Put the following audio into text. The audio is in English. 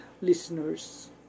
listeners